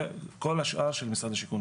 זה כל השאר של משרד השיכון.